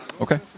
Okay